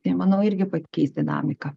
tai manau irgi pakeis dinamiką